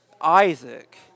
Isaac